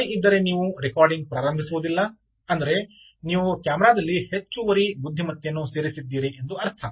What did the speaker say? ಪ್ರಾಣಿ ಇದ್ದರೆ ನೀವು ರೆಕಾರ್ಡಿಂಗ್ ಪ್ರಾರಂಭಿಸುವುದಿಲ್ಲ ಅಂದರೆ ನೀವು ಕ್ಯಾಮರಾ ದಲ್ಲಿ ಹೆಚ್ಚುವರಿ ಬುದ್ಧಿಮತ್ತೆಯನ್ನು ಸೇರಿಸಿದ್ದೀರಿ ಎಂದು ಅರ್ಥ